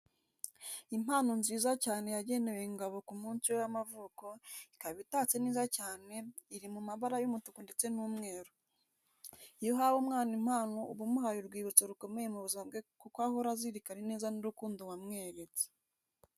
Impano nziza cyane yagenewe Ngabo ku munsi we w'amavuko, ikaba itatse neza cyane, iri mu mabara y'umutuku ndetse n'umweru. Iyo uhaye umwana impano uba umuhaye urwibutso rukomeye mu buzima bwe kuko ahora azirikana ineza n'urukundo wamweretse.